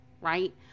right